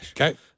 Okay